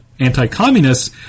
anti-communists